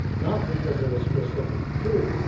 not because of a specific proof,